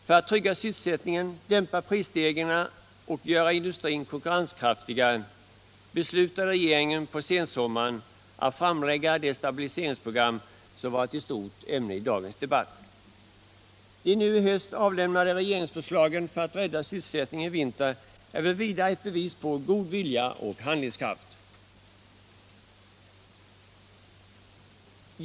För att trygga sysselsättningen, dämpa prisstegringarna och göra industrin konkurrenskraftigare beslutade regeringen på sensommaren att framlägga det stabiliseringsprogram som varit ett stort ämne i dagens debatt. De nu i höst avlämnade regeringsförslagen för att rädda sysselsättningen i vinter är väl vidare ett bevis på god vilja och handlingskraft.